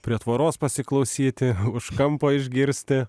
prie tvoros pasiklausyti už kampo išgirsti